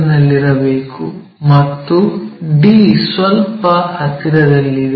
ನಲ್ಲಿರಬೇಕು ಮತ್ತು d ಸ್ವಲ್ಪ ಹತ್ತಿರದಲ್ಲಿದೆ